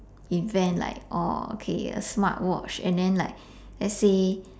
invent like oh okay a smart watch and then like let's say